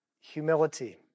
Humility